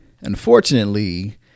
unfortunately